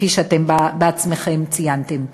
כפי שאתם בעצמכם ציינתם.